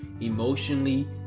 emotionally